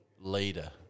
leader